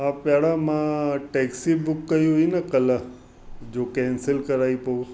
त पहिरियों मां टैक्सी बुक कई हुई न कल्ह जो कैंसिल कराई पोइ